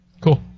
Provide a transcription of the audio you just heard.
Cool